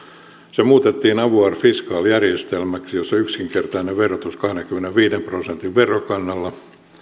se muutettiin avoir fiscal järjestelmäksi jossa yksinkertainen verotus kahdenkymmenenviiden prosentin verokannalla